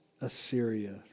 Assyria